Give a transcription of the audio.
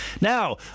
Now